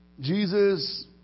Jesus